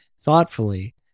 thoughtfully